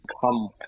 come